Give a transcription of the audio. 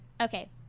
okay